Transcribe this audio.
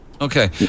Okay